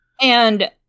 And-